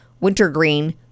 wintergreen